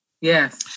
Yes